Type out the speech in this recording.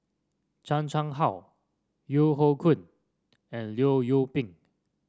Chan Chang How Yeo Hoe Koon and Leong Yoon Pin